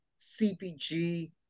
CPG